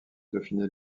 dauphiné